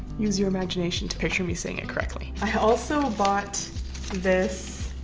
use your imagination to picture me saying it correctly. i also bought this